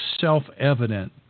self-evident